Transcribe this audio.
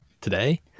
today